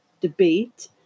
debate